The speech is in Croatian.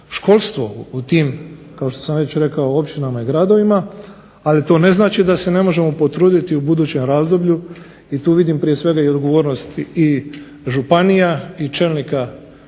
školstvo u tim općinama i gradovima, ali to ne znači da se ne možemo potruditi u budućem razdoblju i tu vidim prije svega i odgovornost i županija i čelnika